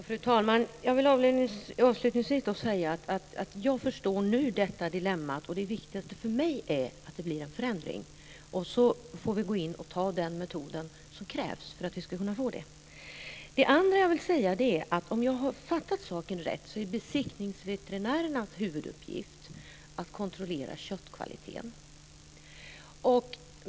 Fru talman! Jag vill avslutningsvis säga att jag nu förstår detta dilemma. Det viktigaste för mig är att det blir en förändring. Så får vi använda den metod som krävs för att få denna förändring. Om jag har förstått saken rätt är besiktningsveterinärernas huvuduppgift att kontrollera köttkvaliteten.